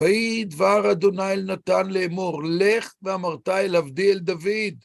ויהי דבר אדוני אל נתן לאמור: לך, ואמרת אל עבדי, אל דוד,